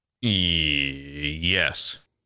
Yes